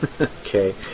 okay